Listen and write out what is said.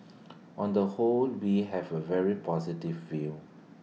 on the whole we have A very positive view